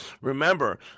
Remember